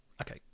Okay